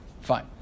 Fine